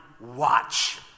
Watch